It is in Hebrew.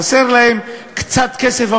חסר להם קצת כסף,